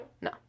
No